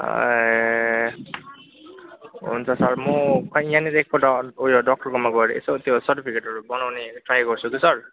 ए हुन्छ सर म खै यहाँनिर एकपल्ट उयो डक्टरकोमा गएर यसो त्यो सर्टिफिकेटहरू बनाउने ट्राई गर्छु कि सर